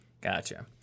Gotcha